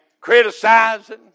criticizing